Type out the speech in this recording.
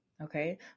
Okay